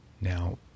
Now